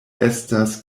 estas